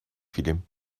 film